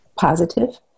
positive